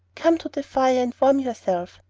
come to the fire and warm yourself.